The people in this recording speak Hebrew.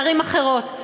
לערים אחרות,